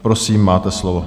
Prosím, máte slovo.